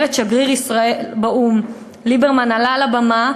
אומרת שגרירת ישראל באו"ם: ליברמן עלה לבמה,